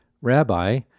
Rabbi